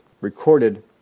recorded